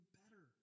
better